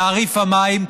תעריף המים,